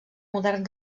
modern